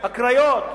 הקריות.